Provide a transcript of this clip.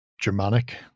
germanic